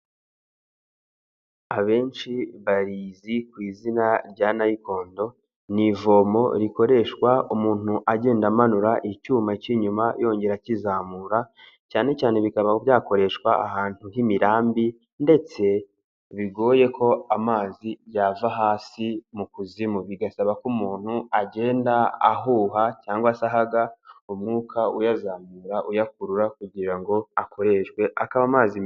Abenshi barizi ku izina rya niyikondo, ni ivomo rikoreshwa umuntu agenda amanura icyuma cy'inyuma yongera akizamura cyane cyane bikaba byakoreshwa ahantu h'imirambi ndetse bigoye ko amazi yava hasi mu kuzimu, bigasaba ko umuntu agenda ahuha cyangwa se ahaga, umwuka uyazamura uyakurura kugira ngo akoreshwe akaba amazi meza.